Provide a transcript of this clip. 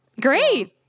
Great